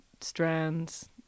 strands